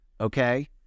Okay